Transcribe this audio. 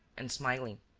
and smiling.